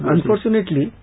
Unfortunately